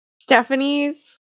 stephanie's